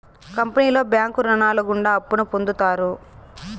కంపెనీలో బ్యాంకు రుణాలు గుండా అప్పును పొందుతారు